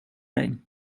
dig